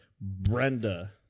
Brenda